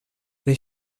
they